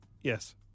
Yes